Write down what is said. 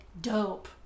dope